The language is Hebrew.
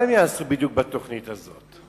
מה בדיוק הם יעשו בתוכנית הזאת?